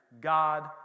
God